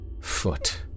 Foot